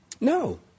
no